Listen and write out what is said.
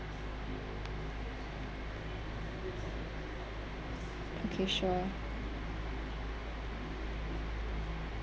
okay sure